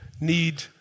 need